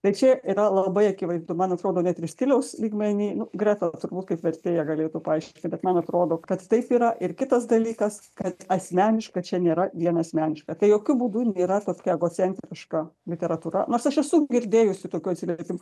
tai čia yra labai akivaizdu man atrodo net ir stiliaus lygmeny nu greta turbūt kaip vertėja galėtų paaiškinti bet man atrodo kad taip yra ir kitas dalykas kad asmeniška čia nėra vien asmeniška tai jokiu būdu nėra tokia egocentriška literatūra nors aš esu girdėjusi tokių atsiliepimų